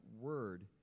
word